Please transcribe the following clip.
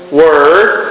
word